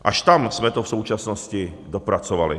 Až tam jsme to v současnosti dopracovali.